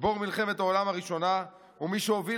גיבור מלחמת העולם הראשונה ומי שהוביל